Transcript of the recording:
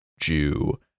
Jew